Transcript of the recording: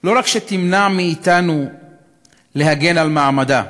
לא רק שלא תמנע מאתנו להגן על מעמדה,